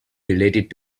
related